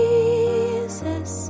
Jesus